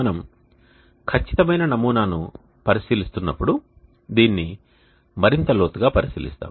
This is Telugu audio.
మనము ఖచ్చితమైన నమూనాను పరిశీలిస్తున్నప్పుడు దీనిని మరింత లోతుగా పరిశీలిస్తాము